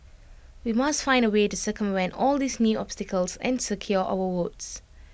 we must find A way to circumvent all these new obstacles and secure our votes